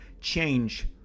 change